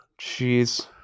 Jeez